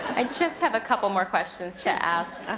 i just have a couple more questions to ask.